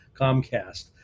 Comcast